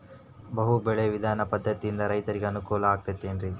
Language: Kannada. ಬಹು ಬೆಳೆ ವಿಧಾನ ಪದ್ಧತಿಯಿಂದ ರೈತರಿಗೆ ಅನುಕೂಲ ಆಗತೈತೇನ್ರಿ?